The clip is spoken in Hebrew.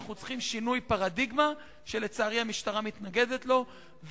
אנחנו צריכים שינוי פרדיגמה שלצערי המשטרה מתנגדת לו.